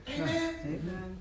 Amen